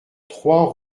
trois